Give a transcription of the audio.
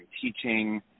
teaching